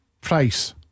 Price